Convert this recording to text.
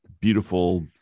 beautiful